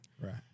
right